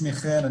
שמי חן,